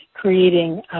creating